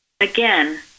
again